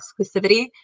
exclusivity